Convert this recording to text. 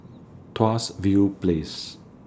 Tuas View Place